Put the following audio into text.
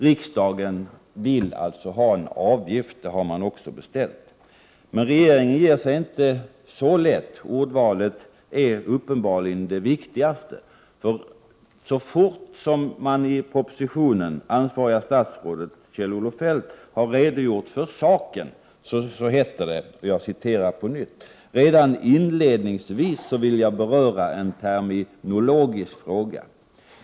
Riksdagen vill alltså ha en avgift, och en sådan har man också beställt. Men regeringen ger sig inte så lätt. Ordvalet är uppenbarligen det viktigaste. Så fort det ansvariga statsrådet, Kjell-Olof Feldt, har redogjort för saken, heter det i propositionen: ”Redan inledningsvis vill jag beröra en terminologisk fråga.